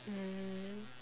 mm